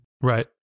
Right